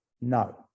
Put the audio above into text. no